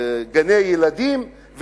בגני-ילדים,